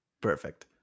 perfect